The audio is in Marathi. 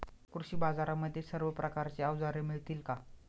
कृषी बाजारांमध्ये सर्व प्रकारची अवजारे मिळतील का?